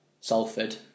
Salford